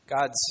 God's